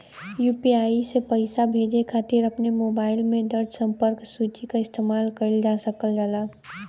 UPI से पइसा भेजे खातिर अपने मोबाइल में दर्ज़ संपर्क सूची क इस्तेमाल कइल जा सकल जाला